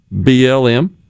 BLM